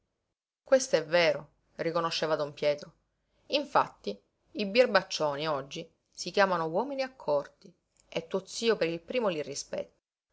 venerina quest'è vero riconosceva don pietro infatti i birbaccioni oggi si chiamano uomini accorti e tuo zio per il primo li rispetta